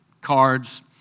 cards